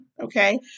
okay